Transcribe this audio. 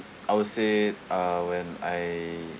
I would say uh when I